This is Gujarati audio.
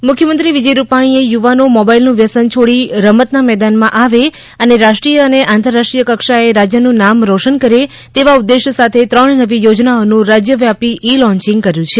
ઇ લોન્ચિંગ મુખ્યમંત્રી વિજય રૂપાણીએ યુવાનો મોબાઇલનું વ્યસન છોડી રમતના મેદાનમાં આવે અને રાષ્ટ્રીય અને આંતરરાષ્ટ્રીય કક્ષાએ રાજયનું નામ રોશન કરે તેવા ઉદ્દેશ સાથે ત્રણ નવી યોજનાઓનું રાજયવ્યાપી ઇ લોન્ચિંગ કર્યું છે